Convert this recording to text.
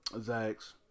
Zags